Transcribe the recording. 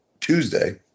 Tuesday